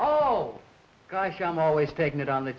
oh gosh i'm always taking it on the